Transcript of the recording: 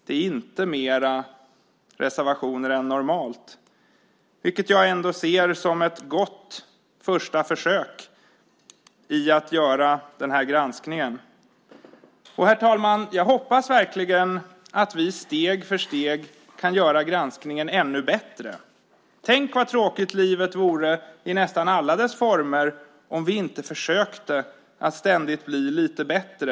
Det är inte fler än normalt. Jag ser det som ett gott första försök att göra denna granskning. Herr talman! Jag hoppas verkligen att vi steg för steg kan göra granskningen ännu bättre. Tänk vad tråkigt livet vore i alla dess former om vi inte ständigt försökte bli lite bättre!